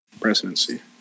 Presidency